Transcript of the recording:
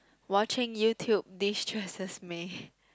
watching YouTube destresses me